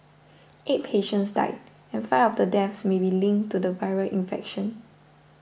eight patients died and five of the deaths may be linked to the viral infection